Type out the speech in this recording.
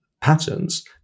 patterns